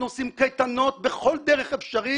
אנחנו עושים קייטנות בכל דרך אפשרית,